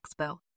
expo